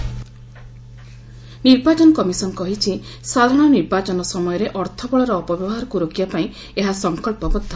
EC meeting ନିର୍ବାଚନ କମିଶନ କହିଛି' ସାଧାରଣ ନିର୍ବାଚନ ସମୟରେ ଅର୍ଥବଳ ଅପବ୍ୟବହାରକୁ ରୋକିବା ପାଇଁ ଏହା ସଂକଳ୍ପବଦ୍ଧ